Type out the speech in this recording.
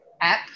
app